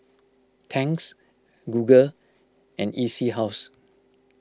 Tangs Google and E C House